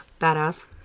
Badass